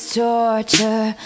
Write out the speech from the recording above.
torture